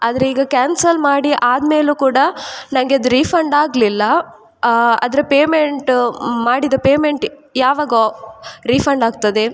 ಆದರೆ ಈಗ ಕ್ಯಾನ್ಸಲ್ ಮಾಡಿ ಆದ್ಮೇಲೂ ಕೂಡ ನನಗೆ ಅದು ರಿಫಂಡ್ ಆಗಲಿಲ್ಲ ಅದರ ಪೇಮೆಂಟ್ ಮಾಡಿದ ಪೇಮೆಂಟ್ ಯಾವಾಗ್ಲೋ ರಿಫಂಡ್ ಆಗ್ತದೆ